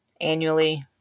annually